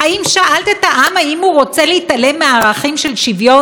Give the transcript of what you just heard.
האם שאלת את העם אם הוא רוצה להתעלם מהערכים של שוויון?